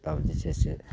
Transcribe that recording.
तब जे छै से